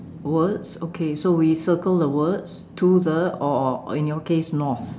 words okay so we circle the words to the or in your case north